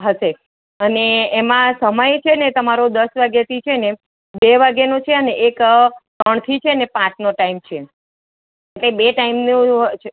હશે અને એમાં સમય છે ને તમારો દસ વાગ્યાથી છે ને બે વાગ્યાનો છે અને એક ત્રણથી પાંચનો ટાઈમ છે એટલે બે ટાઈમનું